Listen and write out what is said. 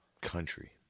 country